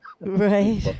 Right